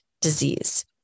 disease